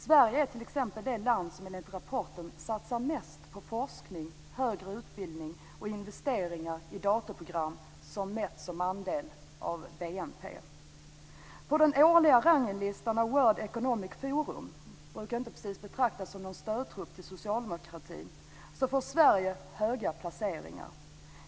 Sverige är t.ex. det land som enligt rapporten satsar mest på forskning, högre utbildning och investeringar i datorprogram mätt som andel av BNP. Word Economic Forum brukar inte betraktas som någon stödtrupp till socialdemokratin. Men på den årliga rankningslistan placerar sig Sverige högt.